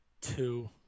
two